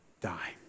die